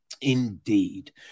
Indeed